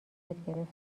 گرفتیم